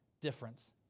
difference